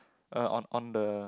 uh on on the